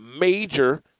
major